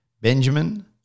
Benjamin